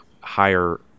higher